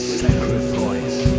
sacrifice